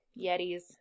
Yetis